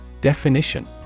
Definition